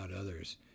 others